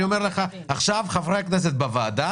אני אומר לך: עכשיו חברי הכנסת בוועדה